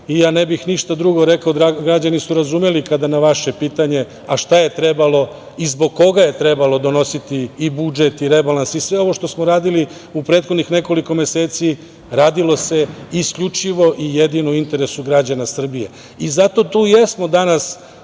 Ja ne bih ništa drugo rekao, građani su razumeli kada na vaše pitanje – a šta je trebalo i zbog koga je trebalo donositi i budžet i rebalans i sve ovo što smo radili u prethodnih nekoliko meseci, radilo se isključivo i jedino u interesu građana Srbije. Zato tu jesmo danas